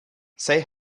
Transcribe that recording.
say